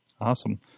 Awesome